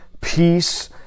peace